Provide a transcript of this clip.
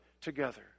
together